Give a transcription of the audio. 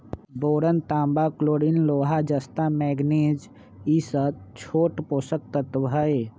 boron तांबा chlorine लोहा जस्ता मैग्निज ई स छोट पोषक तत्त्व हई